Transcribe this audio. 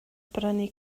brynu